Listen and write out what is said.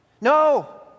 No